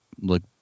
look